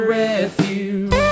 refuge